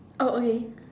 oh okay